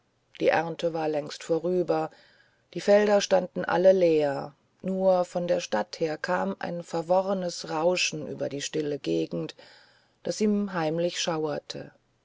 die ernte war längst vorüber die felder standen alle leer nur von der stadt her kam ein verworrenes rauschen über die stille gegend daß ihn heimlich schauerte